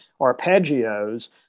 arpeggios